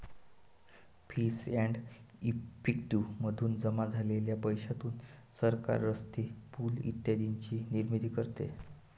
fees and effective मधून जमा झालेल्या पैशातून सरकार रस्ते, पूल इत्यादींची निर्मिती करते